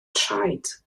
traed